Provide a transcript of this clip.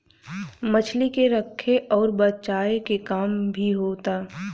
मछली के रखे अउर बचाए के काम भी होता